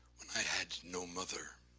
when i had no mother,